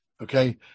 Okay